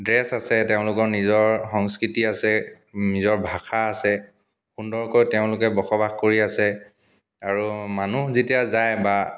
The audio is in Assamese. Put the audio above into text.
ড্ৰেছ আছে তেওঁলোকৰ নিজৰ সংস্কৃতি আছে নিজৰ ভাষা আছে সুন্দৰকৈ তেওঁলোকে বসবাস কৰি আছে আৰু মানুহ যেতিয়া যায় বা